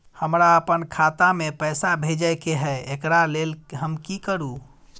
हमरा अपन खाता में पैसा भेजय के है, एकरा लेल हम की करू?